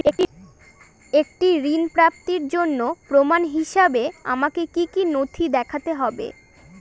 একটি ঋণ প্রাপ্তির জন্য প্রমাণ হিসাবে আমাকে কী কী নথি দেখাতে হবে?